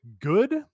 good